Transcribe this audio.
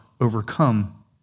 overcome